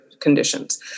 conditions